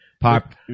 Pop